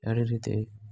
अहिड़ी रीते